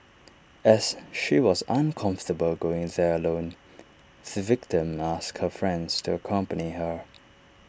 as she was uncomfortable going there alone the victim asked her friend to accompany her